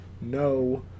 no